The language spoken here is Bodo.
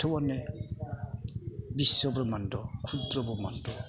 बाथौआनो बिश्व ब्रह्मन्द' खुद्र ब्रह्मन्द'